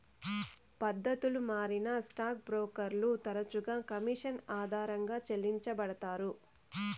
పద్దతులు మారినా స్టాక్ బ్రోకర్లు తరచుగా కమిషన్ ఆధారంగా చెల్లించబడతారు